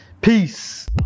peace